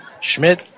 Schmidt